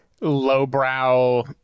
lowbrow